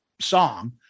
song